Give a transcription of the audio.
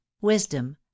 wisdom